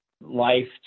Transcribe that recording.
life